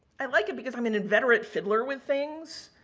i like it because i'm an inveterate fiddler with things,